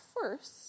first